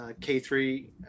K3